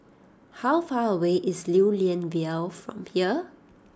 how far away is Lew Lian Vale from here